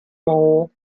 mall